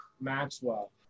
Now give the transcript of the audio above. Maxwell